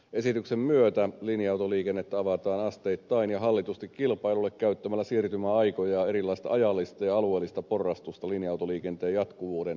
esityksen myötä linja autoliikennettä avataan asteittain ja hallitusti kilpailulle käyttämällä siirtymäaikoja ja erilaista ajallista ja alueellista porrastusta linja autoliikenteen jatkuvuuden turvaamiseksi